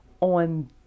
on